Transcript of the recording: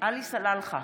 עלי סלאלחה,